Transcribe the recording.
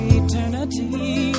eternity